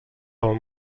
pel